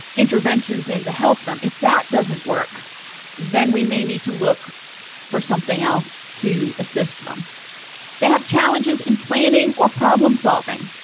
interventions in to help them if that doesn't work then we may need to look for something else to assist them they have challenges in planning or problem-solving